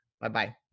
Bye-bye